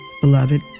beloved